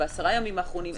בעשרה הימים האחרונים,